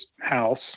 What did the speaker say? house –